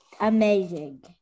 amazing